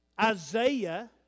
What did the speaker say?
Isaiah